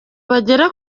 bagera